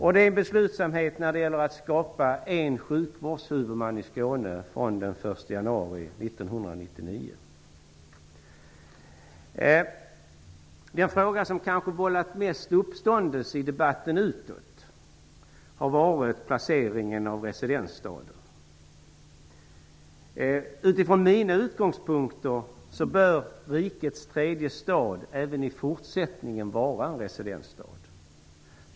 Det är en beslutsamhet som gäller att skapa en sjukvårdshuvudman i Skåne från den 1 januari 1999. Den fråga som kanske har vållat mest uppståndelse i debatten utåt har varit placeringen av residensstaden. Utifrån mina utgångspunkter bör rikets tredje stad även i fortsättningen vara en residensstad.